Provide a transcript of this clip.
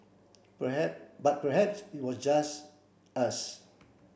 but perhaps was just us